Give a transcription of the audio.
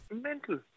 Mental